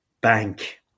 bank